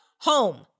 home